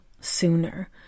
sooner